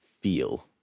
feel